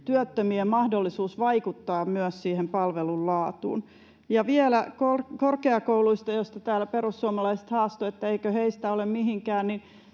työttömien mahdollisuus vaikuttaa myös siihen palvelun laatuun. Ja vielä korkeakouluista, joista täällä perussuomalaiset haastoivat, että eikö korkeakoulutetuista